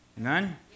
Amen